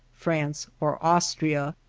france, or austria,